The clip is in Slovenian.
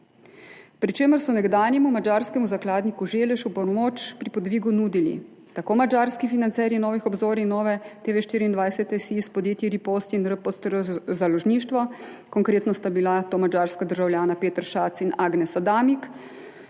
pri čemer so nekdanjemu madžarskemu zakladniku Zellesu pomoč pri podvigu nudili tako madžarski financerji Novih obzorij, NoveTV24.si s podjetji Ripost in R-PORST-R založništvo, konkretno sta bila to madžarska državljana Peter Schatz in Agnes Adamik